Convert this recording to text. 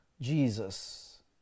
Jesus